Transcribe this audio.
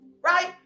right